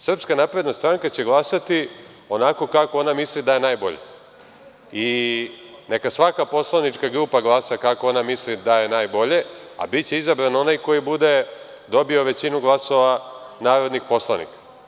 Srpska napredna stranka će glasati onako kako ona misli da je najbolje i neka svaka poslanička grupa glasa onako kako misli da je najbolje, a biće izabran onaj koji bude dobio većinu glasova narodnih poslanika.